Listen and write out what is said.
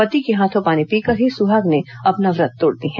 पति के हाथों पानी पीकर ही सुहागिनें अपना व्रत तोड़ती हैं